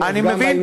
אז גם בעניין הזה.